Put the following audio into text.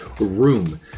room